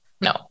No